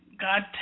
God